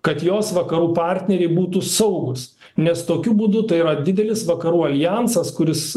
kad jos vakarų partneriai būtų saugūs nes tokiu būdu tai yra didelis vakarų aljansas kuris